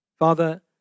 Father